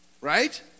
Right